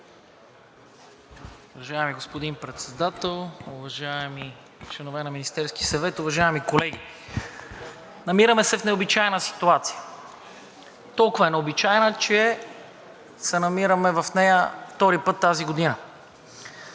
господин Председател, уважаеми членове на Министерския съвет, уважаеми колеги! Намираме се в необичайна ситуация. Толкова е необичайна, че се намираме в нея втори път тази година.